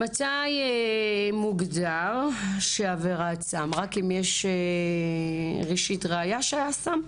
מתי מוגדר עבירת סם, רק אם יש ראשית ראיה שהיה סם?